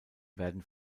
werden